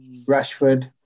Rashford